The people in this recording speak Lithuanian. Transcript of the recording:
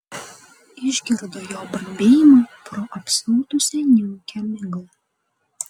išgirdo jo bambėjimą pro apsiautusią niūkią miglą